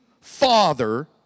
Father